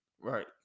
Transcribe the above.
Right